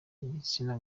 igitsina